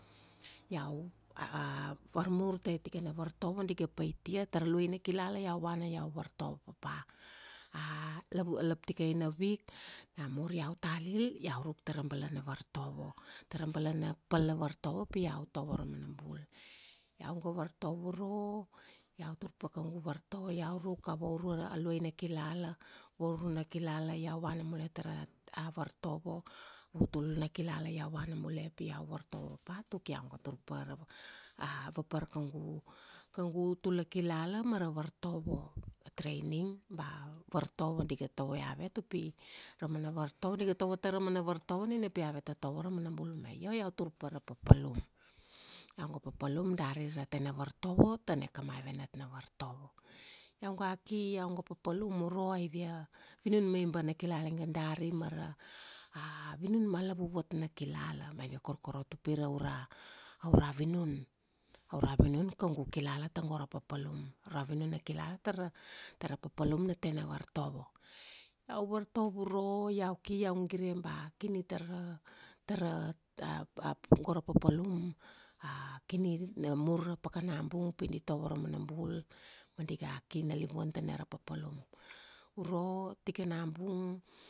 iau, varmiur tai tikana vartovo di ga paitia tara luaina kilala iau vana iau vartovo papa. A laptikai na week, namur iau talil, iau ruk tara balana vartovo. Tara balana pal na vartovo pi iau tovo ra mana bul. Iau ga vartovo uro, iau tur pa kaugu vartovo, iau ruk a vaurua, a luaina kilala, vaurua na kilala iau vana mule tara, a vartovo, vautuluna kilalal iau vana mule pi iau vartovo papa tuk iau ga tur pa ra, var, papar kaugu vautula kilala mara vartovo. A training, ba a vartovo di ga tovo iavet upi, ra mana vartovo diga tovo tar ra mana vartovo nina pi aveta tovo ra mana bul me. Io iau tur pa ra papalu. Iau ga papalum dari ra tena vartovo, tane kamave natna vartovo. Iau ga ki, iau ga papalum uro aivia, vinun maiba na kilala. Iga dari mara vinun ma lavuvat na kilala. Ba iga korkorot upi raura, aura vinun. Aura vinun kaugu kilala tago ra papalum. Aura vinun na kilala tara papalum na tena vartovo. Iau vartovo uro, iau ki iau gire ba, kini tara, tara go ra papalum, kini na mur ra pakana bung pi tovo ra mana bul, ma di ga ki nalivuan tana ra papalum. Uro, tikana bung,